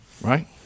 Right